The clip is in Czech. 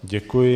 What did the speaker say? Děkuji.